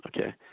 okay